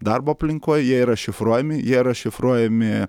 darbo aplinkoj jie yra šifruojami jie yra šifruojami